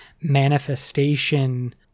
manifestation